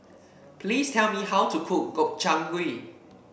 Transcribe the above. please tell me how to cook Gobchang Gui